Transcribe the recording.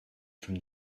from